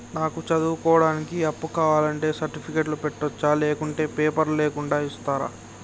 నాకు చదువుకోవడానికి అప్పు కావాలంటే సర్టిఫికెట్లు పెట్టొచ్చా లేకుంటే పేపర్లు లేకుండా ఇస్తరా?